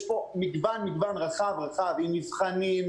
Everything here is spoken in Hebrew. יש פה מגוון רחב עם מבחנים.